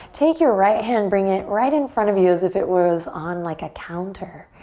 take your right hand, bring it right in front of you as if it was on like a counter.